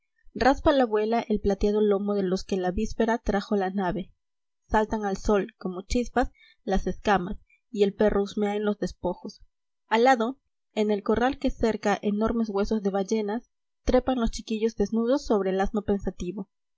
raspa la abuela el plateado lomo de los que la víspera trajo la nave saltan al sol como chispas las escamas y el perro husmea en los despojos al lado en el corral que cercan enorde ballenas trepan lo chiquillos desnudos sobre el asno pensativo o